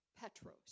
Petros